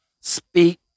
Speak